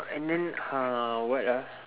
and then uh what ah